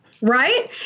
Right